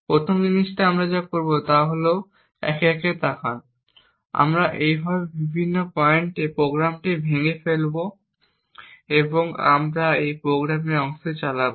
প্রথম জিনিসটি আমরা যা করব তা হল একে একে তাকান আমরা এইভাবে বিভিন্ন পয়েন্টে প্রোগ্রামটি ভেঙ্গে ফেলব এবং আমরা কেবল এই প্রোগ্রামের অংশ চালাব